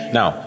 Now